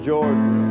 Jordan